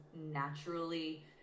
naturally